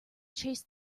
chased